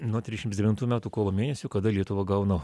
nuo trisdešimts devintų metų kovo mėnesio kada lietuva gauna